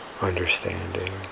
understanding